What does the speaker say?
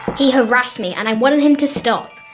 he harassed me and i wanted him to stop.